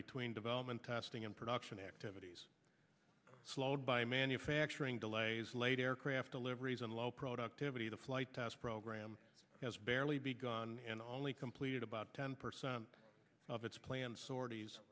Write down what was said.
between development testing and production activities slowed by manufacturing delays later craft deliveries and low productivity the flight test program has barely begun and only completed about ten percent of its planned sorties